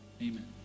amen